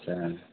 आछा